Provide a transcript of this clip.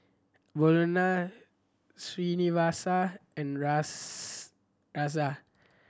Bellur Srinivasa and Razia